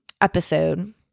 episode